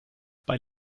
bei